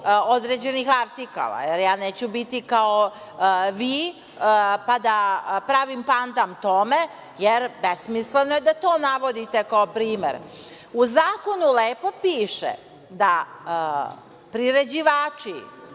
određenih artikala, a ja neću biti kao vi, pa da pravim pandan tome, jer besmisleno je da to navodite kao primer.U zakonu lepo piše da priređivači